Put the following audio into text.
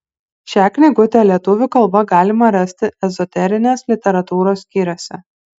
šią knygutę lietuvių kalba galima rasti ezoterinės literatūros skyriuose